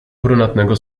brunatnego